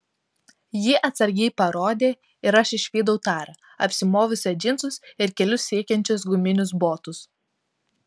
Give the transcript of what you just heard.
ji atsargiai parodė ir aš išvydau tarą apsimovusią džinsus ir kelius siekiančius guminius botus